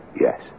yes